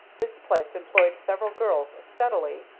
this place employed several girls steadily,